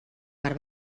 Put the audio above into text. per